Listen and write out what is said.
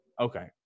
Okay